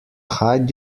hide